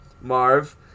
Marv